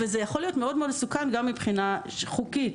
וזה יכול להיות מאוד-מאוד מסוכן גם מבחינה חוקית.